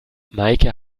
meike